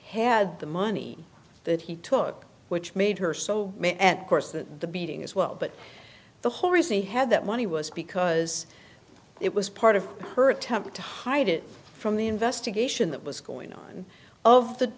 had the money that he took which made her so may at course that the beating as well but the whole reason he had that money was because it was part of her attempt to hide it from the investigation that was going on of the